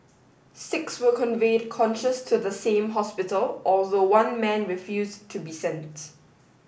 six were conveyed conscious to the same hospital although one man refused to be sent